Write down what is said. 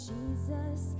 Jesus